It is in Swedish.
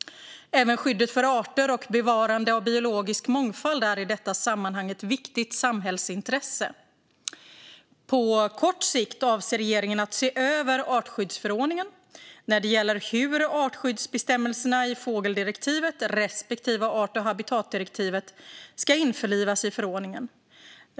Även skyddet för arter och bevarande av biologisk mångfald är i detta sammanhang ett viktigt samhällsintresse. På kort sikt avser regeringen att se över artskyddsförordningen när det gäller hur artskyddsbestämmelserna i fågeldirektivet respektive art och habitatdirektivet ska införlivas i förordningen.